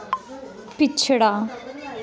पिछड़ा